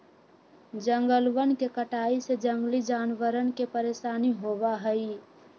जंगलवन के कटाई से जंगली जानवरवन के परेशानी होबा हई